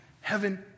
Heaven